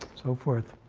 so forth,